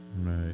Right